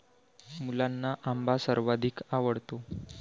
मुलांना आंबा सर्वाधिक आवडतो